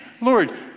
Lord